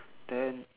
then